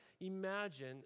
imagine